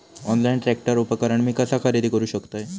Online tractor उपकरण मी कसा खरेदी करू शकतय?